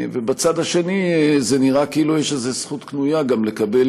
ובצד השני זה נראה כאילו יש איזו זכות קנויה גם לקבל